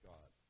God